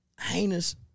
heinous